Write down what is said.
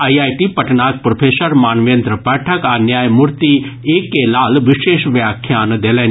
IIT पटनाक professor Manvendra Pathak आ न्यायमूर्ति ए के लाल विशेष व्याख्यान देलनि